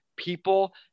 people